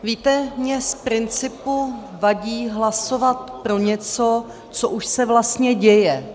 Víte, mně z principu vadí hlasovat pro něco, co už se vlastně děje.